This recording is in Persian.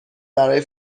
برای